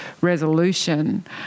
resolution